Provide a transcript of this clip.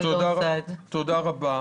תודה רבה.